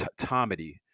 Tomedy